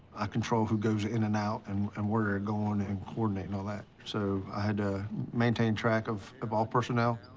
i control who goes in and out and, and where they're going and coordinate and all that. so i had to ah maintain track of of all personnel.